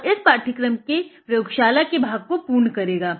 और यह इस पाठ्यक्रम के प्रयोगशाला के भाग को पूर्ण करेगा